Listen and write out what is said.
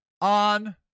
on